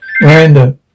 Miranda